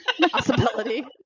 possibility